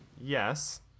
Yes